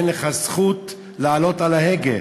אין לך זכות לאחוז בהגה,